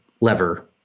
lever